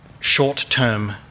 short-term